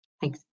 Thanks